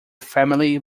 family